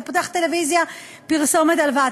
פותח טלוויזיה, פרסומת להלוואה.